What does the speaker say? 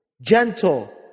gentle